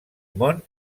món